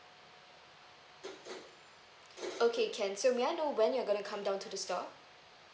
okay can so may I know when you're going to come down to the store